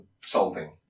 solving